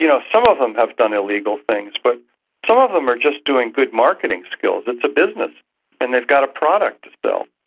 you know some of them have done illegal things but some of them are just doing good marketing skills. it's a business and they've got a product to sell.